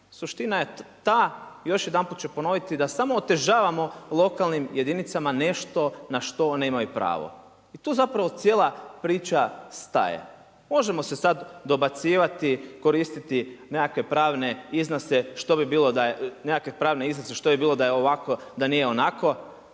Suština je taj, još jedanput ću ponoviti da smo otežavamo lokalnim jedinicama nešto na što one imaju pravo. I tu zapravo cijela priča staje. Možemo se sada dobacivati, koristiti nekakve pravne iznose što bi bilo, nekakve pravne iznose